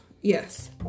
yes